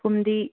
ꯐꯨꯝꯗꯤ